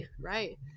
Right